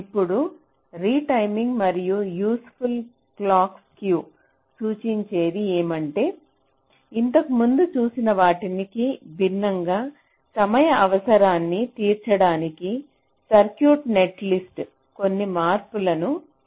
ఇప్పుడు రిటైమింగ్ మరియు useful clock skew సూచించేది ఏమిటంటే ఇంతకు ముందు చూసిన వాటికి భిన్నంగా సమయ అవసరాన్ని తీర్చడానికి సర్క్యూట్ నెట్లిస్ట్లో కొన్ని మార్పులను చేస్తారు